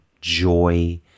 joy